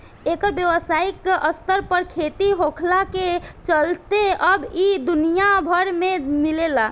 एकर व्यावसायिक स्तर पर खेती होखला के चलते अब इ दुनिया भर में मिलेला